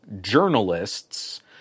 journalists